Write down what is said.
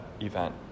event